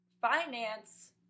finance